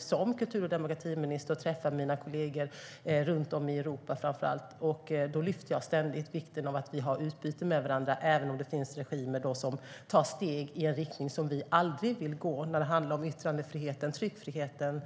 Som kultur och demokratiminister är jag också aktiv och träffar mina kollegor, framför allt runt om i Europa, och då lyfter jag ständigt upp vikten av att vi har ett utbyte med varandra även om det finns regimer som tar steg i en riktning som vi aldrig vill gå i när det handlar om yttrandefriheten, tryckfriheten